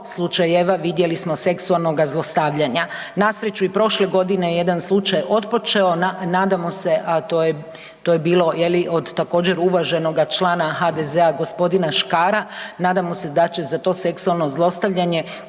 slučajeva vidjeli smo seksualnoga zlostavljanja. Na sreću i prošle godine jedan slučaj je otpočeo nadamo se, a to je bilo je li od također uvaženoga člana HDZ-a gospodina Škara, nadamo se da će za to seksualno zlostavljanje